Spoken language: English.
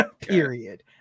period